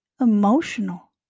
emotional